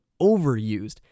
overused